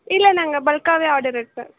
இல்லை நாங்கள் பல்க்காகவே ஆர்டர் எடுப்பேன்